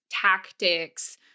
tactics